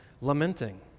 lamenting